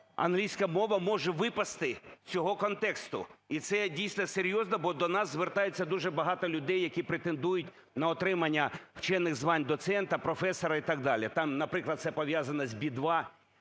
англійська мова може випасти з цього контексту. І це є дійсно серйозно, бо до нас звертаються дуже багато людей, які претендують на отримання вчених звань доцента, професора і так далі, там, наприклад, це пов'язано з В2.